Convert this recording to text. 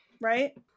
right